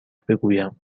بگویم